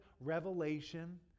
revelation